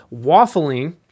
waffling